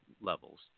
levels